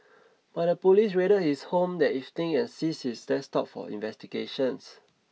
but the police raided his home that evening and seized his desktop for investigations